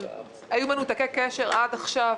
הם היו מנותקי קשר עד עכשיו.